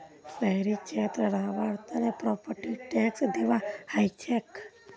शहरी क्षेत्रत रहबार तने प्रॉपर्टी टैक्स दिबा हछेक